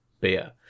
beer